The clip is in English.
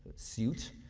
suit,